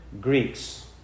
Greeks